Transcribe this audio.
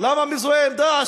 למה מזוהה עם "דאעש"?